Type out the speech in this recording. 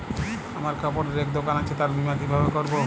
আমার কাপড়ের এক দোকান আছে তার বীমা কিভাবে করবো?